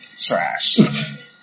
Trash